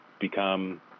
become